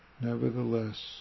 nevertheless